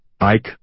Ike